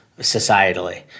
societally